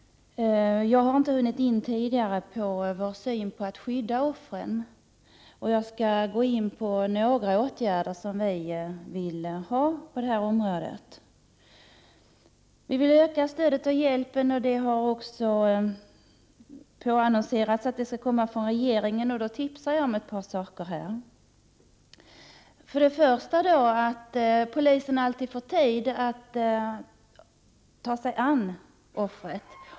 Jag har inte hunnit gå in på centerns syn i fråga om att skydda offren, och jag skall nämna några åtgärder som vi vill vidta på detta område. Vi vill öka stödet och hjälpen, och sådana åtgärder har också påannonserats från regeringen. Jag vill därför tipsa om ett par saker. Först och främst skall polisen alltid ha tid att ta sig an offret.